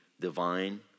Divine